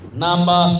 number